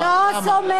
אני לא סומכת.